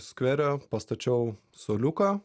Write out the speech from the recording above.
skvere pastačiau suoliuką